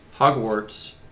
Hogwarts